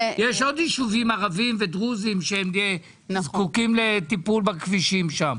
יש עוד ישובים ערביים ודרוזיים שזקוקים לטיפול בכבישים שלהם.